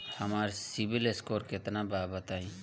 हमार सीबील स्कोर केतना बा बताईं?